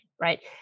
right